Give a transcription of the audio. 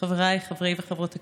חבריי חברי וחברות הכנסת,